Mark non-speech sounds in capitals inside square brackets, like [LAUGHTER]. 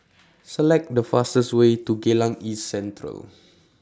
[NOISE] Select The fastest Way to Geylang East Central